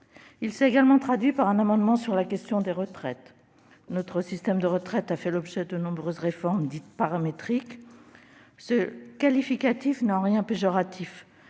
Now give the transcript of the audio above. Il s'est également traduit par l'adoption d'un amendement portant sur la question des retraites. Notre système de retraites a fait l'objet de nombreuses réformes dites « paramétriques ». Ce qualificatif n'est en rien péjoratif,